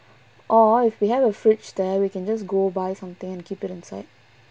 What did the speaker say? or if we have a fridge there we can just go buy something and keep it inside